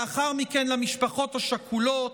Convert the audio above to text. לאחר מכן למשפחות השכולות,